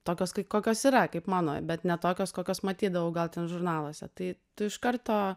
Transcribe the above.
tokios kokios yra kaip mano bet ne tokios kokias matydavau gal ten žurnaluose tai tu iš karto